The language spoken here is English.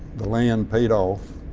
the land paid off.